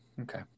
Okay